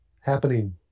happening